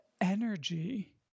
energy